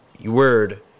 Word